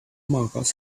markers